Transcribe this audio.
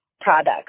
products